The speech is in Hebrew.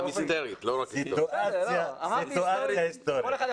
גם היסטרית, לא רק היסטורית.